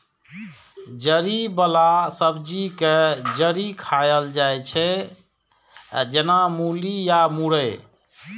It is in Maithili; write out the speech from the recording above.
जड़ि बला सब्जी के जड़ि खाएल जाइ छै, जेना मूली या मुरइ